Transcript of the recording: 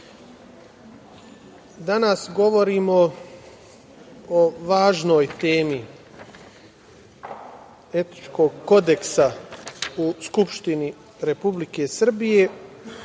danas govorimo o važnoj temi etičkog kodeksa u Skupštini Republike Srbije. Pre